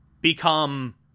become